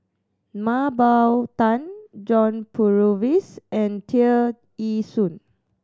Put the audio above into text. Mah Bow Tan John Purvis and Tear Ee Soon